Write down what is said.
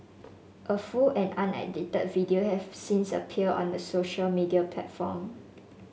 a full and unedited video had since appeared on a social media platform